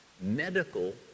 medical